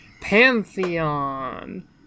Pantheon